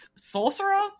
sorcerer